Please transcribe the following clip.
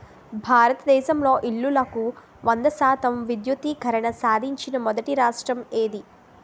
భారతదేశంలో ఇల్లులకు వంద శాతం విద్యుద్దీకరణ సాధించిన మొదటి రాష్ట్రం ఏది?